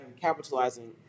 capitalizing